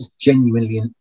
genuinely